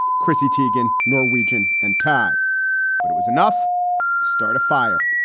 chrissy tiguan, norwegian and thai but it was enough to start a fire,